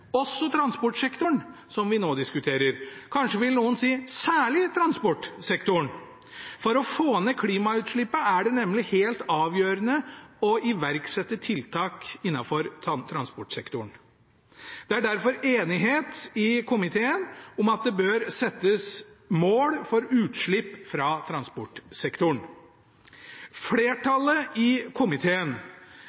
også transportsektoren, som vi nå diskuterer. Kanskje vil noen si: Særlig transportsektoren. For å få ned klimautslippene er det nemlig helt avgjørende å iverksette tiltak innenfor transportsektoren. Det er derfor enighet i komiteen om at det bør settes mål for utslipp fra transportsektoren. Flertallet i komiteen,